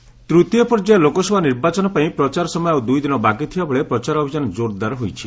campaigning ତୃତୀୟ ପର୍ଯ୍ୟାୟ ଲୋକସଭା ନିର୍ବାଚନ ପାଇଁ ପ୍ରଚାର ସମୟ ଆଉ ଦୁଇଦିନ ବାକିଥିବାବେଳେ ପ୍ରଚାର ଅଭିଯାନ ଜୋରଦାର ହୋଇଛି